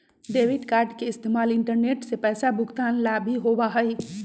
debit card के इस्तेमाल internet से पैसा भुगतान ला भी होबा हई